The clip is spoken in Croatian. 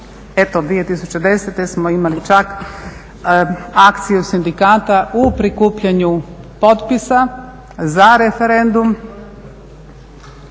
Eto 2010. smo imali čak akciju sindikata u prikupljanju potpisa za referendum